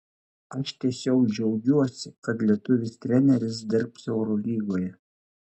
aš tiesiog džiaugiuosi kad lietuvis treneris dirbs eurolygoje